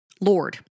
Lord